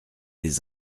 des